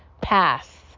Pass